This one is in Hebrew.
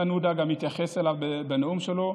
איימן עודה התייחס אליו בנאום שלו,